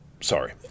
Sorry